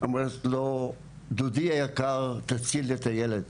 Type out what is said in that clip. אומרת לו, דודי היקר, תציל את הילד,